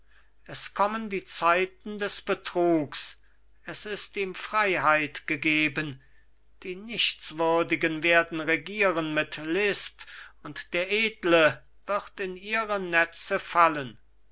es kommen die zeiten des betrugs es ist ihm freiheit gegeben die nichtswürdigen werden regieren mit list und der edle wird in ihre netze fallen